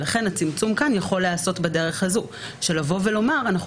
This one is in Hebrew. ולכן הצמצום כאן יכול להיעשות בדרך הזאת של לבוא ולומר שאנחנו